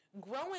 Growing